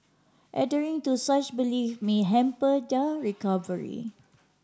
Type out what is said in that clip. to such belief may hamper their recovery